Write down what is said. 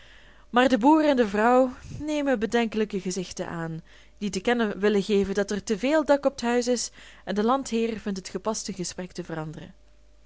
maar de boer en de vrouw nemen bedenkelijke gezichten aan die te kennen willen geven dat er te veel dak op t huis is en de landheer vindt het gepast zijn gesprek te veranderen